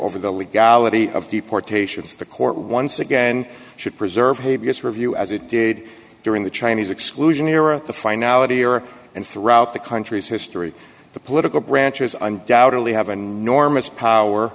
over the legality of deportation the court once again should preserve gave us review as it did during the chinese exclusion era the finality or and throughout the country's history the political branches undoubtedly have an enormous power